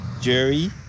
Jerry